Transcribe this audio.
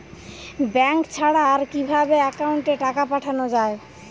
Bank ছাড়া আর কিভাবে একাউন্টে টাকা পাঠানো য়ায়?